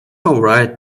alright